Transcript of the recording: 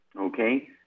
Okay